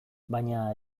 baina